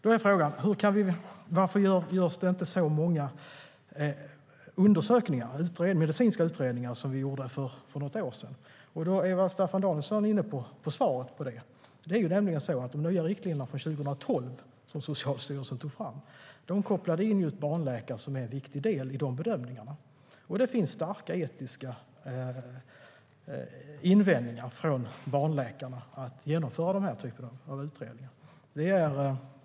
Då är frågan: Varför görs det inte så många undersökningar, medicinska utredningar, som för något år sedan? Staffan Danielsson var inne på svaret på det. Det är nämligen så att de nya riktlinjerna från 2012 som Socialstyrelsen tog fram kopplade in just barnläkare som en viktig del i bedömningarna. Det finns starka etiska invändningar från barnläkarna mot att genomföra den här typen av utredningar.